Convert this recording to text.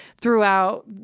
throughout